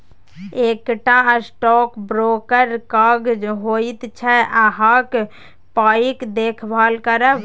एकटा स्टॉक ब्रोकरक काज होइत छै अहाँक पायक देखभाल करब